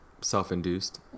self-induced